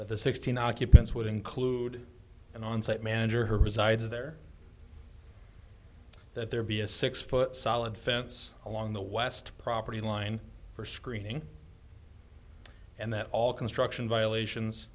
that the sixteen occupants would include an on site manager her resides there that there be a six foot solid fence along the west property line for screening and that all construction violations